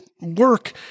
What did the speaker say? work